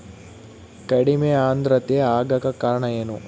ಕಡಿಮೆ ಆಂದ್ರತೆ ಆಗಕ ಕಾರಣ ಏನು?